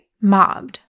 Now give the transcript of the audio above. mobbed